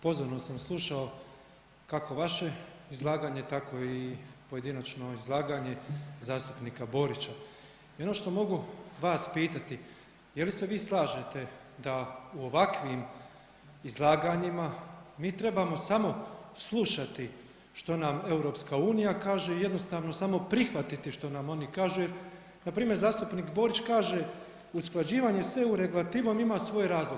Pozorno sam slušao kako vaše izlaganje tako i pojedinačno izlaganje zastupnika Borića i ono što mogu vas pitati, je li se vi slažete da u ovakvim izlaganjima mi trebamo samo slušati što nam EU kaže i jednostavno samo prihvatiti što nam oni kažu jer npr. zastupnik Borić kaže usklađivanje s eu regulativom ima svoj razlog.